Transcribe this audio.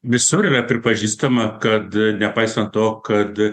visur yar pripažįstama kad nepaisant to kad